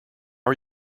are